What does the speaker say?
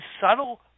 subtle